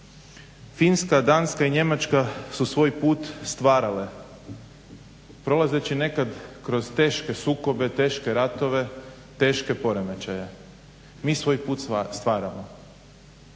Finska, Danska i Njemačka su svoj put stvarale prolazeći nekad kroz teške sukobe, teške ratove, teške poremećaje. Mi svoj put stvaramo.